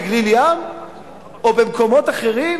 בגליל-ים או במקומות אחרים?